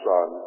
Son